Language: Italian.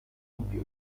computer